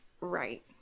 Right